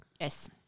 Yes